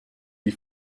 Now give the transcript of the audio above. die